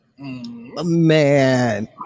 Man